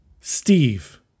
Steve